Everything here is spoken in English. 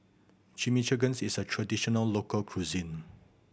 Chimichangas is a traditional local cuisine